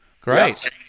Great